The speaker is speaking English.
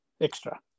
extra